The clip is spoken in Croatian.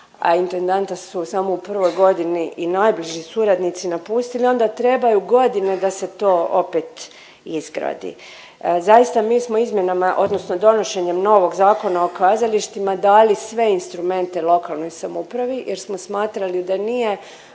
a intendanta su samo u prvoj godini i najbliži suradnici napustili onda trebaju godine da se to opet izgradi. Zaista mi smo izmjenama odnosno donošenjem novog Zakona o kazalištima dali sve instrumente lokalnoj samoupravi jer smo smatrali da nije